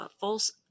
false